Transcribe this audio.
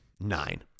nine